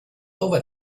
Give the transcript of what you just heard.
over